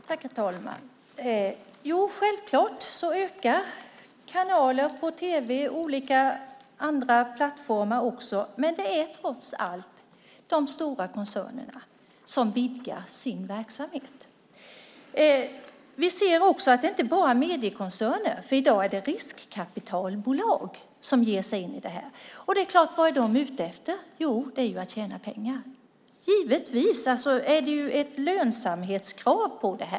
Herr talman! Självklart ökar antalet kanaler på tv och för andra olika plattformar, men det är trots allt de stora koncernerna som vidgar sin verksamhet. Vi ser också att det inte bara är fråga om mediekoncerner. I dag är det riskkapitalbolag som ger sig in i detta. Vad är de ute efter? Jo, att tjäna pengar. Givetvis finns ett lönsamhetskrav.